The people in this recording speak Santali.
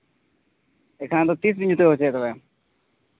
ᱮᱱᱠᱷᱟᱱ ᱫᱚ ᱛᱤᱥ ᱵᱤᱱ ᱡᱤᱛᱟᱹᱣ ᱦᱚᱪᱚᱣᱟᱭ ᱛᱚᱵᱮ